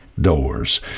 doors